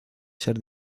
ser